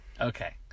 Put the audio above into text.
okay